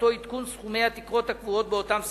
שמטרתו עדכון סכומי התקרות הקבועות באותם סעיפים.